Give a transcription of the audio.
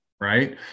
right